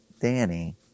Danny